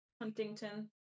Huntington